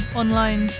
online